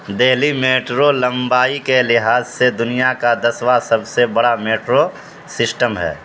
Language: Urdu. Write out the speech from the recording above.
دہلی میٹرو لمبائی کے لحاظ سے دنیا کا دسواں سب سے بڑا میٹرو سسٹم ہے